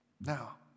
Now